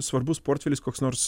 svarbus portfelis koks nors